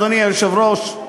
אדוני היושב-ראש,